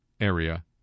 area